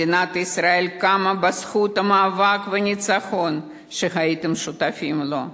מדינת ישראל קמה בזכות המאבק והניצחון שהייתם שותפים לו.